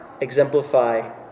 exemplify